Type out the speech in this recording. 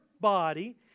body